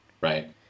Right